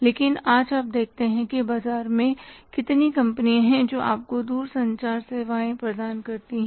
लेकिन आज आप देखते हैं कि बाजार में कितनी कंपनियां हैं जो आपको दूरसंचार सेवाएं प्रदान करती हैं